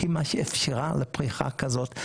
היא מה שאפשרה לפריחה כזאת.